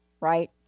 right